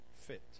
fit